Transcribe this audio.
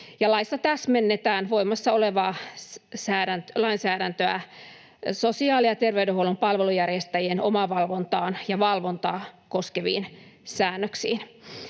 Laissa täsmennetään voimassa olevaa lainsäädäntöä sosiaali- ja terveydenhuollon palvelunjärjestäjien omavalvontaa ja valvontaa koskeviin säännöksiin.